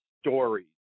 stories